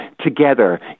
together